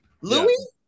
louis